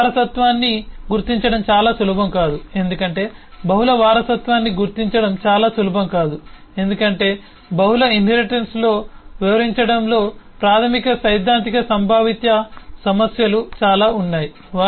బహుళ వారసత్వాన్ని గుర్తించడం చాలా సులభం కాదు ఎందుకంటే బహుళ వారసత్వాన్ని గుర్తించడం చాలా సులభం కాదు ఎందుకంటే బహుళ ఇన్హెరిటెన్స్తో వ్యవహరించడంలో ప్రాథమిక సైద్ధాంతిక సంభావిత సమస్యలు చాలా ఉన్నాయి